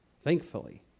thankfully